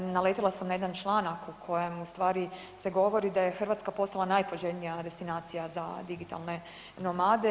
Naletjela sam na jedan članak u kojem ustvari se govori da je Hrvatska postala najpoželjnija destinacija za digitalne nomade.